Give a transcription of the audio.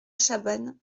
chabanne